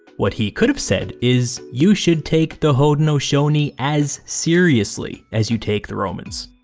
what he could have said is you should take the haudenosaunee as seriously as you take the romans.